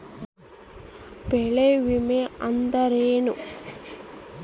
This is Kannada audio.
ಬೆಳೆ ವಿಮೆ ಅಂದರೇನು?